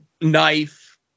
knife